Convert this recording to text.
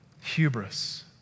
hubris